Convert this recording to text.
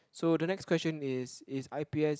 so the next question is is I_P_S